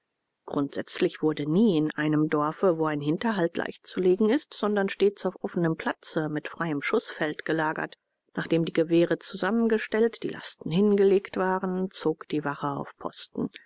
grundsätzlich wurde nie in einem dorfe wo ein hinterhalt leicht zu legen ist sondern stets auf offnem platze mit freiem schußfeld gelagert nachdem die gewehre zusammengestellt die lasten hingelegt waren zog die wache auf posten